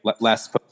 Last